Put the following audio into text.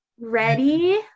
Ready